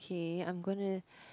kay I'm gonna